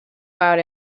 out